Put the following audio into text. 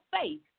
faith